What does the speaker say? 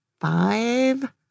five